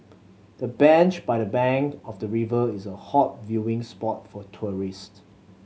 the bench by the bank of the river is a hot viewing spot for tourist